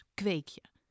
kweekje